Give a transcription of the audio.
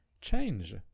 change